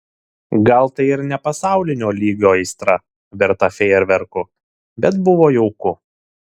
gal tai ir ne pasaulinio lygio aistra verta fejerverkų bet buvo jauku